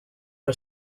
are